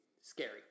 scary